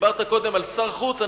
דיברת קודם על שר החוץ.